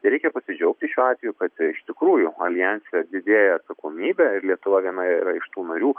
tai reikia pasidžiaugti šiuo atveju kad iš tikrųjų aljanse didėja atsakomybė ir lietuva viena yra iš tų narių